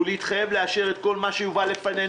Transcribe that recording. ולהתחייב לאשר את כל מה שיובא לפנינו.